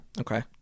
Okay